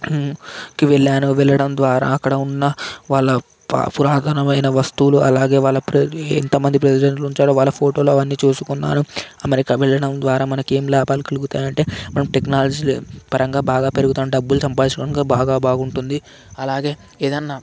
కి వెళ్ళాను వెళ్లడం ద్వారా అక్కడ ఉన్న వాళ్ళ ప పురాతనమైన వస్తువులు అలాగే వాళ్ళ ప్రె ఎంతమంది ప్రెసిడెంట్లు వచ్చారో వాళ్ళ ఫోటోలు అన్నీ చూసుకున్నాను అమెరికా వెళ్లడం ద్వారా మనకి ఏం లాభాలు కలుగుతాయంటే మనం టెక్నాలజీ పరంగా బాగా పెరుగుతాం డబ్బులు సంపాదించుకోవడానికి బాగా బాగుంటుంది అలాగే ఏదన్నా